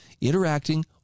interacting